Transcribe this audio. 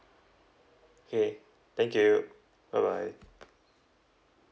okay thank you bye bye